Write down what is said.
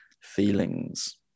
feelings